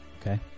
Okay